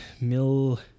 Mill